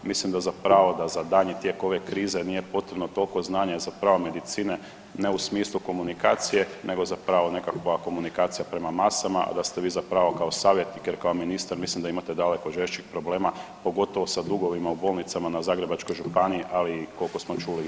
Mislim da zapravo da za daljnji tijek ove krize nije potrebno toliko znanja zapravo medicine ne u smislu komunikacije nego zapravo nekakva komunikacija prema masama, a da ste vi zapravo kao savjetnik jer kao ministar mislim da imate daleko žešćih problema, pogotovo sa dugovima u bolnicama na Zagrebačkoj županiji, ali koliko smo čuli